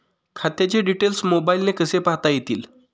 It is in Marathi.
खात्याचे डिटेल्स मोबाईलने कसे पाहता येतील?